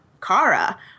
Kara